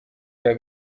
cya